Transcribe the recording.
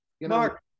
Mark